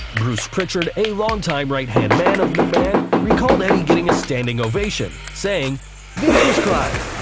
bruce prichard, a long-time right-hand man of mcmahon, recalled eddie getting a standing ovation, saying vince was crying.